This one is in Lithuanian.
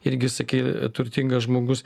irgi sakei turtingas žmogus